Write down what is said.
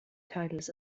titles